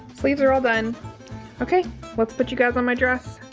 sleeves are all done okay let's put you guys on my dress